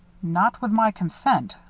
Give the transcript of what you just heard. not with my consent,